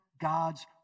God's